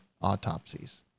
autopsies